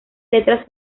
letras